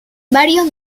varios